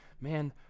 man